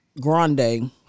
grande